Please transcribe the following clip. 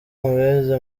mubizi